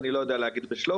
אני לא יודע להגיד בשלוף,